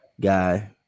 guy